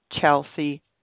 Chelsea